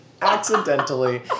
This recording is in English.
accidentally